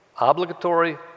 Obligatory